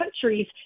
countries